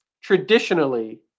traditionally